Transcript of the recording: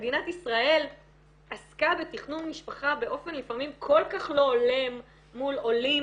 מדינת ישראל עסקה בתכנון משפחה באופן לפעמים כל כך לא הולם מול עולים